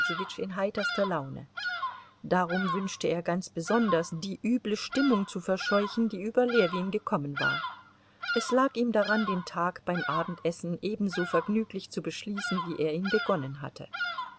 in heiterster laune darum wünschte er ganz besonders die üble stimmung zu verscheuchen die über ljewin gekommen war es lag ihm daran den tag beim abendessen ebenso vergnüglich zu beschließen wie er ihn begonnen hatte